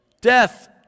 Death